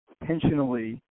intentionally